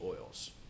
oils